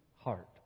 heart